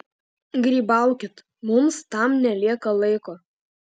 grybaukit mums tam nelieka laiko